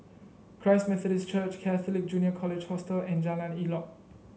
Christ Methodist Church Catholic Junior College Hostel and Jalan Elok